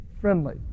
friendly